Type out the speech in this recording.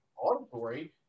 auditory